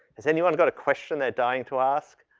has anyone got a question they're dying to ask?